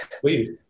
Please